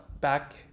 back